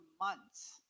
months